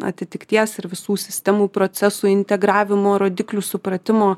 atitikties ir visų sistemų procesų integravimo rodiklių supratimo